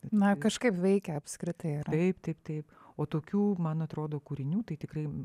na kažkaip veikia apskritai taip taip taip o tokių man atrodo kūrinių tai tikrai